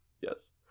Yes